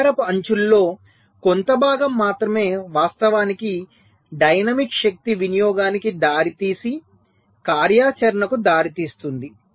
గడియారపు అంచులలో కొంత భాగం మాత్రమే వాస్తవానికి డైనమిక్ శక్తి వినియోగానికి దారితీసే కార్యాచరణకు దారి తీస్తుంది